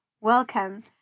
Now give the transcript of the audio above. welcome